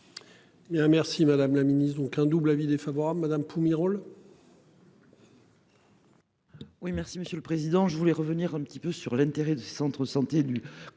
merci madame la Ministre, donc un double avis défavorable, madame Pumerole. Oui, merci Monsieur le Président, je voulais revenir un petit peu sur l'intérêt du Centre santé du contrôle